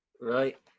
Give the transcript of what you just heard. right